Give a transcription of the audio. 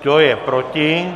Kdo je proti?